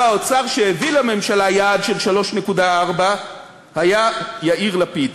האוצר שהביא לממשלה יעד של 3.4% היה יאיר לפיד.